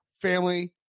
family